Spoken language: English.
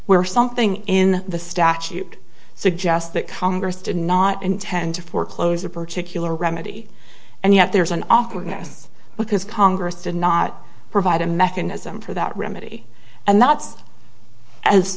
where something in the statute suggests that congress did not intend to foreclose a particular remedy and yet there's an awkwardness because congress did not provide a mechanism for that remedy and that's as